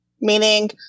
meaning